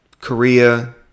Korea